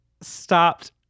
stopped